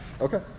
Okay